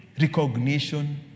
recognition